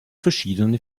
verschiedene